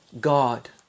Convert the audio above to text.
God